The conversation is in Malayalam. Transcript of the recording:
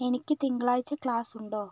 എനിക്ക് തിങ്കളാഴ്ച ക്ലാസ്സ് ഉണ്ടോ